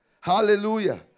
Hallelujah